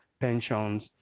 pensions